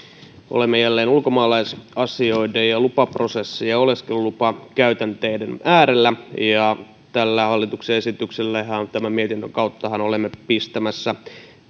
olemme jälleen ulkomaalaisasioiden ja lupaprosessien ja oleskelulupakäytänteiden äärellä ja tällä hallituksen esityksellähän ja tämän mietinnön kauttahan olemme pistämässä